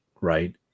right